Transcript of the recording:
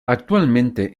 actualmente